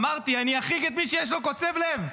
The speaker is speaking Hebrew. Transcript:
אמרתי: אני אחריג את מי שיש לו קוצב לב.